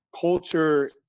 Culture